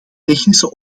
technische